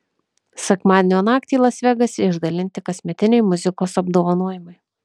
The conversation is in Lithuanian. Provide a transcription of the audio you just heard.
sekmadienio naktį las vegase išdalinti kasmetiniai muzikos apdovanojimai